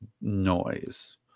noise